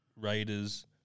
Raiders